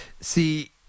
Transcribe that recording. See